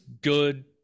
good